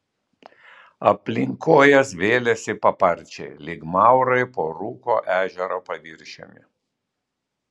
aplink kojas vėlėsi paparčiai lyg maurai po rūko ežero paviršiumi